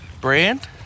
brand